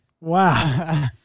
wow